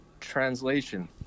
translation